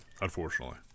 unfortunately